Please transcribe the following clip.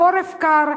בחורף קר,